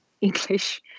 English